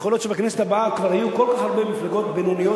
יכול להיות שבכנסת הבאה כבר יהיו כל כך הרבה מפלגות בינוניות